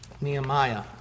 Nehemiah